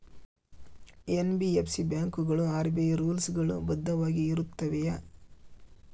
NBFC ಬ್ಯಾಂಕುಗಳು RBI rules ಗಳು ಬದ್ಧವಾಗಿ ಇರುತ್ತವೆಯ?